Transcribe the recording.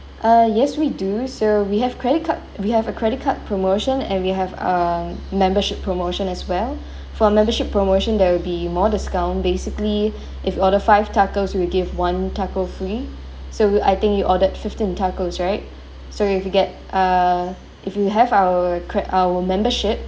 ah yes we do so we have credit card we have a credit card promotion and we have a membership promotion as well for membership promotion there will be more discount basically if order five tacos we'll give one taco free so will I think you ordered fifteen tacos right sorry forget uh if you have our cre~ our membership